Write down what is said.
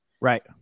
right